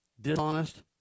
dishonest